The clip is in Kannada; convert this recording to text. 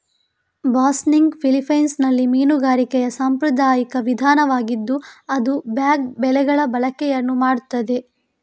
ಬಾಸ್ನಿಗ್ ಫಿಲಿಪೈನ್ಸಿನಲ್ಲಿ ಮೀನುಗಾರಿಕೆಯ ಸಾಂಪ್ರದಾಯಿಕ ವಿಧಾನವಾಗಿದ್ದು ಅದು ಬ್ಯಾಗ್ ಬಲೆಗಳ ಬಳಕೆಯನ್ನು ಮಾಡುತ್ತದೆ